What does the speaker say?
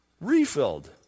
refilled